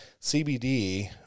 CBD